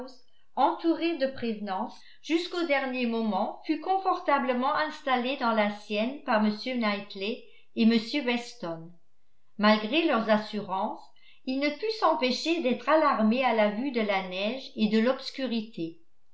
entouré de prévenances jusqu'au dernier moment fut confortablement installé dans la sienne par m knightley et m weston malgré leurs assurances il ne put s'empêcher d'être alarmé à la vue de la neige et de l'obscurité